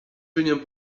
viņam